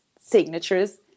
signatures